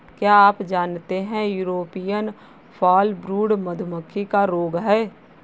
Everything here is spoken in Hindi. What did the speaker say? क्या आप जानते है यूरोपियन फॉलब्रूड मधुमक्खी का रोग है?